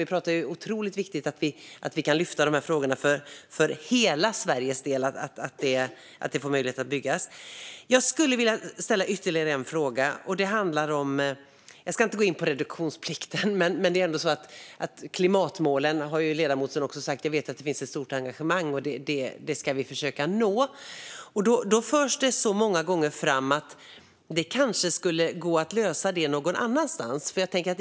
Vi pratar om en tillväxtregion, och de här frågorna är otroligt viktiga för hela Sveriges del. Jag ska inte gå in på reduktionsplikten, men att det finns ett engagemang kring klimatmålen har ju ledamoten sagt, och det ska vi försöka att nå. Många gånger förs det fram att det kanske skulle kunna gå att lösa någon annanstans.